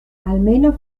almeno